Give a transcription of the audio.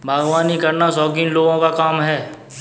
बागवानी करना शौकीन लोगों का काम है